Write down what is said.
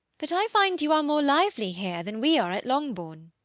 but i find you are more lively here than we are at longbourn.